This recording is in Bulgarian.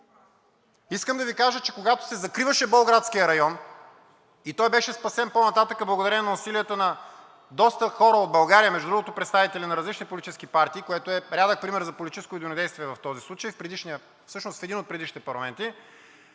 Искам да Ви кажа, че когато се закриваше Болградският район, и той беше спасен по-нататък благодарение на усилията на доста хора от България – между другото, представители на различни политически партии, което е рядък пример за политическо единодействие в този случай – всъщност в един от предишните парламенти,